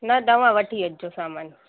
न तव्हां वठी अचिजो सामान